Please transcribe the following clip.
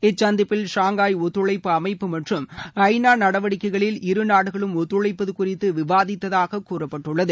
இச்சந்திப்பில் Shanghai ஒத்துழைப்பு அமைப்பு மற்றும் ஐ நா நடவடிக்கைகளில் இரு நாடுகளும் ஒத்துழைப்பது குறித்து விவாதித்ததாக கூறப்பட்டுள்ளது